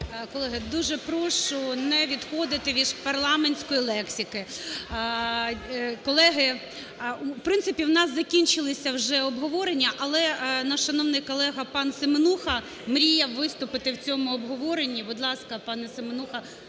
Колеги, дуже прошу не відходити від парламентської лексики. Колеги, в принципі у нас закінчилися вже обговорення, але наш шановний колега пан Семенуха мріє виступити в цьому обговоренні. Будь ласка, пане Семенуха,